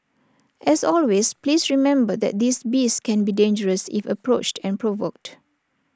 as always please remember that these beasts can be dangerous if approached and provoked